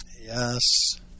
yes